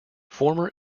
former